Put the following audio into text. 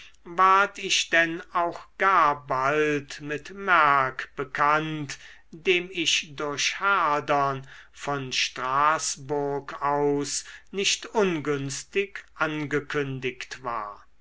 ward ich denn auch gar bald mit merck bekannt dem ich durch herdern von straßburg aus nicht ungünstig angekündigt war